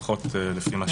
לפחות לפי מה שאני יודע.